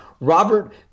Robert